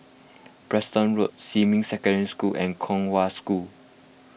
Preston Road Xinmin Secondary School and Kong Hwa School